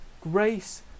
Grace